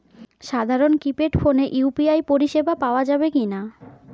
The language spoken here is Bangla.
সাধারণ কিপেড ফোনে ইউ.পি.আই পরিসেবা পাওয়া যাবে কিনা?